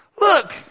look